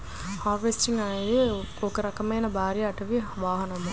harvester అనేది ఒక రకమైన భారీ అటవీ వాహనం